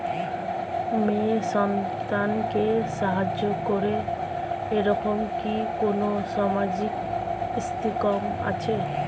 মেয়ে সন্তানকে সাহায্য করে এরকম কি কোনো সামাজিক স্কিম আছে?